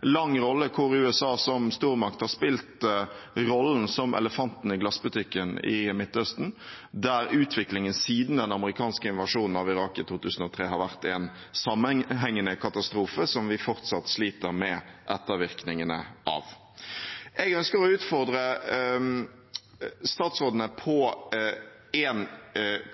lang historie, hvor USA som stormakt har spilt rollen som elefanten i glassbutikken i Midtøsten, der utviklingen siden den amerikanske invasjonen av Irak i 2003 har vært en sammenhengende katastrofe som vi fortsatt sliter med ettervirkningene av. Jeg ønsker å utfordre statsrådene på en